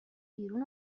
بیرون